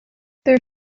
their